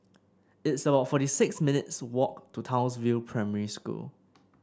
it's about forty six minutes' walk to Townsville Primary School